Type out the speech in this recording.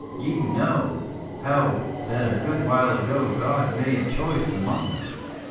ye know how that a good while ago god made choice among us,